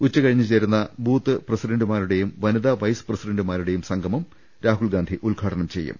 ഉച്ചകഴിഞ്ഞ് ചേരുന്ന ബൂത്ത് പ്രസിഡന്റുമാരുടെയും വനിതാ വൈസ് പ്രസിഡന്റുമാരുടെയും സംഗമം രാഹുൽഗാന്ധി ഉദ്ഘാടനം ചെയ്യും